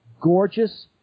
gorgeous